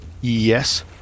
Yes